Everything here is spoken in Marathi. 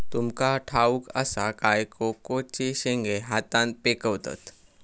तुमका ठाउक असा काय कोकोचे शेंगे हातान पिकवतत